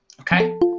Okay